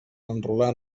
enrolar